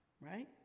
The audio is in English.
right